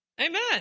Amen